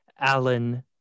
Alan